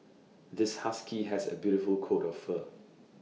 this husky has A beautiful coat of fur